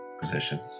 positions